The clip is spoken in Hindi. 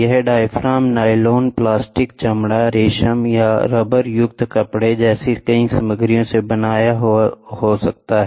यह डायाफ्राम नायलॉन प्लास्टिक चमड़ा रेशम या रबरयुक्त कपड़े जैसी कई सामग्रियों से बना हो सकता है